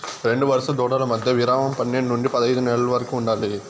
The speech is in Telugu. రెండు వరుస దూడల మధ్య విరామం పన్నేడు నుండి పదైదు నెలల వరకు ఉండాలి